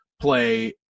play